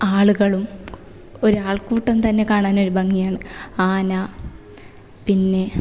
ആളുകളും ഒരാൾകൂട്ടം തന്നെ കാണാൻ ഒരു ഭംഗിയാണ് ആന പിന്നെ